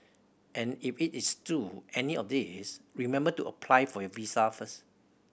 and if it is to any of these remember to apply for your visa first